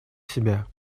себя